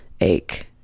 ache